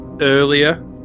earlier